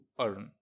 earn